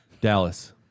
dallas